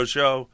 Show